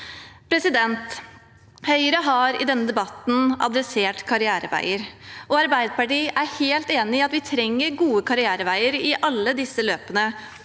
nærmest folk. Høyre har i denne debatten adressert karriereveier. Arbeiderpartiet er helt enig i at vi trenger gode karriereveier i alle disse